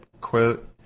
quote